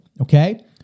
okay